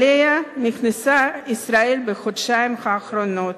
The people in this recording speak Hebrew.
שאליה נכנסה ישראל בחודשיים האחרונים.